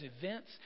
events